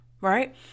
right